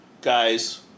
guys